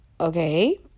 okay